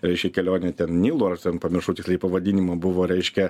reiškia kelionė ten nilu ar ten pamiršau tiksliai pavadinimą buvo reiškia